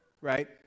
right